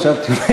חשבתי,